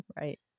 Right